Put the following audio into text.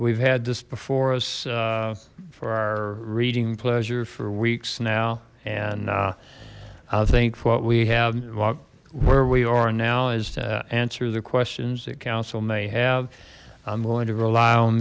we've had this before us for our reading pleasure for weeks now and i think what we have well where we are now is to answer the questions that council may have i'm going to rely on